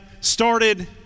started